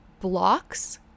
blocks